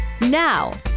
Now